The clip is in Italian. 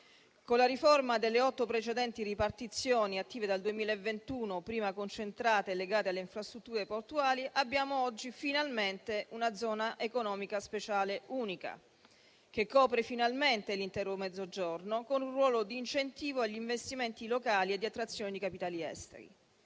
Con la riforma delle otto precedenti ripartizioni attive dal 2021, prima concentrate e legate alle infrastrutture portuali, abbiamo oggi finalmente una zona economica speciale unica che copre l'intero Mezzogiorno, con un ruolo di incentivo agli investimenti locali e di attrazione di capitali esteri.